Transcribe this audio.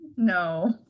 no